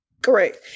Correct